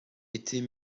était